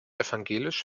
evangelisch